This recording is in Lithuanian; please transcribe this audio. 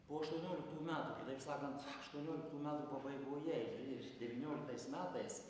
po aštuonioliktų metų kitaip sakant aštuonioliktų metų pabaigoje ir devynioliktais metais